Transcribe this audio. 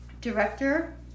director